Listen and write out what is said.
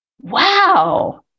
wow